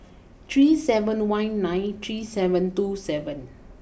three seven one nine three seven two seven